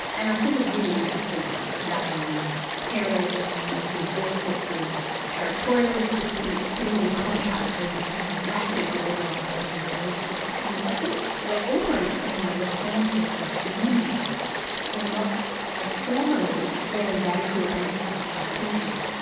and i think it's really interesting today with terrorism, with all sorts of territorial disputes sitting in contrast to you know rapid globalisation and those sorts of things, i think we're almost seeing a return to a sort of humanism in lots of formerly very radical anti-essentialist thinkers.